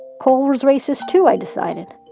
cole was racist too, i decided.